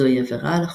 זוהי עבירה על החוק.